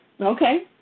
okay